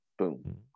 Boom